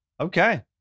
Okay